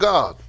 God